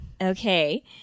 Okay